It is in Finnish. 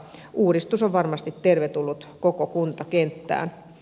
uudistus on varmasti tervetullut koko kuntakenttään